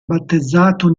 battezzato